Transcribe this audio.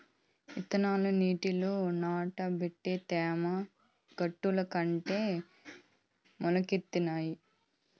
ఇత్తనాలు నీటిలో నానబెట్టి తేమ గుడ్డల కడితే మొలకెత్తుతాయి